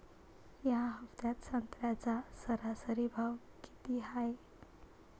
या हफ्त्यात संत्र्याचा सरासरी भाव किती हाये?